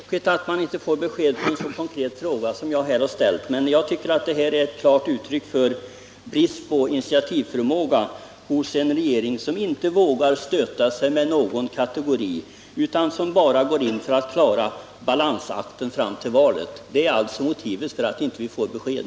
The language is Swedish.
Herr talman! Det är tråkigt att man inte kan få svar på en så konkret fråga som den som jag ställde. Jag tycker att det här är ett klart uttryck för brist på initiativförmåga inom en regering, som inte vågar stöta sig med någon kategori, utan som bara går in för att klara balansakten fram till valet. Detta är alltså motivet till att vi inte får något besked.